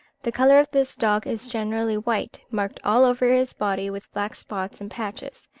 the colour of this dog is generally white, marked all over his body with black spots and patches,